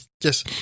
yes